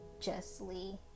justly